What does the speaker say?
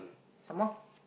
some more